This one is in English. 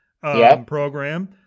program